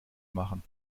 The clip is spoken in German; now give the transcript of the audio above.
machen